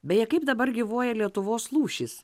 beje kaip dabar gyvuoja lietuvos lūšys